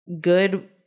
good